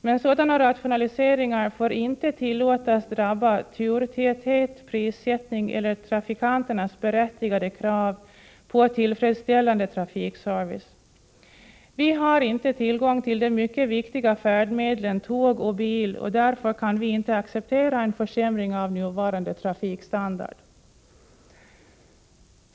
Men sådana rationaliseringar får inte tillåtas drabba turtäthet, prissättning eller trafikanternas berättigade krav på tillfredsställande trafikservice. Vi har inte tillgång till de mycket viktiga färdmedlen tåg och bil, och därför kan vi inte acceptera en försämring av nuvarande trafikstandard.